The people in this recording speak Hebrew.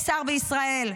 שר בישראל.